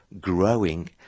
growing